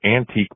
antique